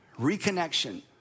reconnection